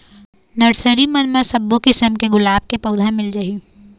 nursery मन म सब्बो किसम के गुलाब के पउधा मिल जाही